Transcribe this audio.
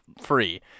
free